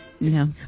No